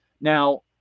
Now